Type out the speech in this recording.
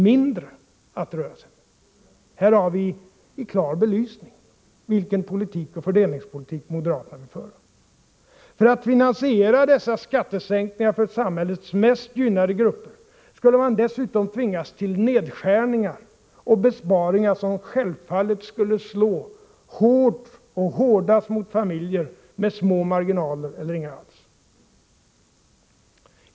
mindre att röra sig med. Här har vi i klar belysning vilken fördelningspolitik moderaterna vill föra. För att finansiera dessa skattesänkningar för samhällets mest gynnade grupper skulle man dessutom tvingas till nedskärningar och besparingar som självfallet skulle slå hårdast mot familjer med små marginaler eller inga alls.